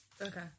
Okay